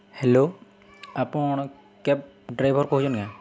hello ଆପଣ୍ cab driver କହୁଚନ୍ କେଁ